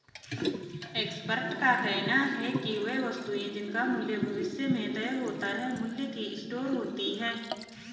expert का कहना है कि वे वस्तुएं जिनका मूल्य भविष्य में तय होता है मूल्य की स्टोर होती हैं